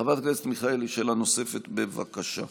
חברת הכנסת מיכאלי, שאלה נוספת, בבקשה.